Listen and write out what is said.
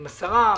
עם השרה,